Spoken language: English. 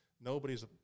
nobody's